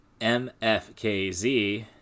MFKZ